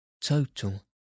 Total